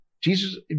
Jesus